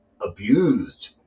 abused